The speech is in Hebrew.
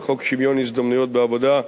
וחוק שוויון ההזדמנויות בעבודה,